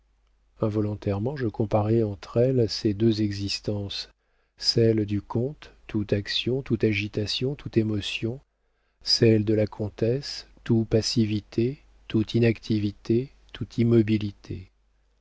involontairement je comparais entre elles ces deux existences celle du comte tout action tout agitation tout émotion celle de la comtesse tout passivité tout inactivité tout immobilité